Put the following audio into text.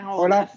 hola